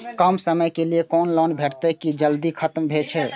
कम समय के लीये कोनो लोन भेटतै की जे जल्दी खत्म भे जे?